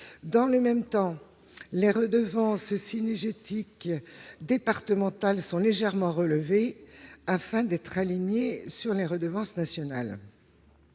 Dans le même temps, les redevances cynégétiques départementales sont légèrement relevées, afin de les aligner sur les redevances nationales.